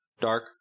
dark